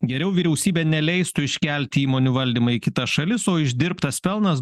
geriau vyriausybė neleistų iškelti įmonių valdymą į kitas šalis o uždirbtas pelnas